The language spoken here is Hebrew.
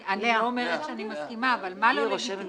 אני לא אומרת שאני מסכימה, אבל מה לא לגיטימי?